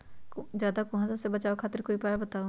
ज्यादा कुहासा से बचाव खातिर कोई उपाय बताऊ?